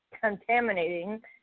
contaminating